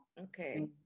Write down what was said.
Okay